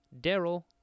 Daryl